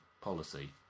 policy